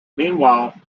meanwhile